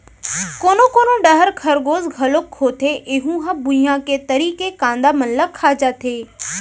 कोनो कोनो डहर खरगोस घलोक होथे ऐहूँ ह भुइंया के तरी के कांदा मन ल खा जाथे